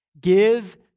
give